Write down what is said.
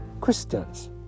Christians